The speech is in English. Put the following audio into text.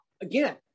again